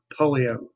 polio